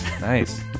Nice